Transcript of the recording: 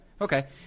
Okay